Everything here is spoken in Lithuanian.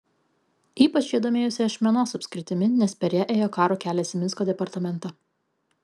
ypač jie domėjosi ašmenos apskritimi nes per ją ėjo karo kelias į minsko departamentą